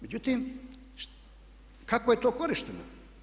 Međutim, kako je je to korišteno?